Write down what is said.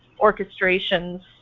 orchestrations